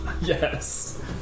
Yes